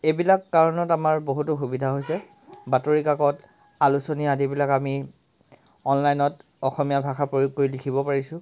এইবিলাক কাৰণত আমাৰ বহুতো সুবিধা হৈছে বাতৰিকাকত আলোচনী আদিবিলাক আমি অনলাইনত অসমীয়া ভাষা প্ৰয়োগ কৰি লিখিব পাৰিছোঁ